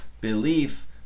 belief